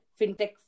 fintech